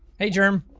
hey germ.